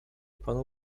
panu